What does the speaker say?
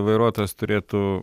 vairuotojas turėtų